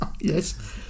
Yes